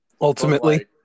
Ultimately